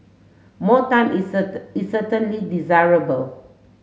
more time is is certainly desirable